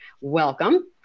Welcome